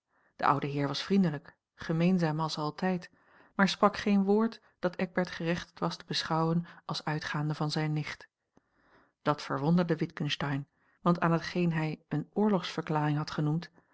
de oude heer was vriendelijk gemeenzaam als altijd maar sprak geen woord dat eckbert gerechtigd was te beschouwen als uitgaande van zijne nicht dat verwonderde witgensteyn want aan hetgeen hij eene oorlogsverklaring had genoemd